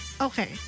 Okay